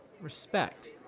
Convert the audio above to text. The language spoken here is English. Respect